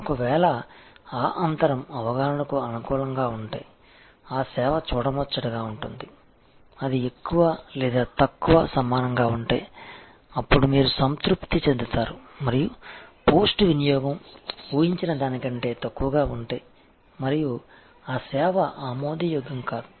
ఒకవేళ ఆ అంతరం అవగాహనకు అనుకూలంగా ఉంటే ఆ సేవ చూడముచ్చటగా ఉంటుంది అది ఎక్కువ లేదా తక్కువ సమానంగా ఉంటే అప్పుడు మీరు సంతృప్తి చెందుతారు మరియు పోస్ట్ వినియోగం ఊహించిన దాని కంటే తక్కువగా ఉంటే మరియు ఆ సేవ ఆమోదయోగ్యం కాదు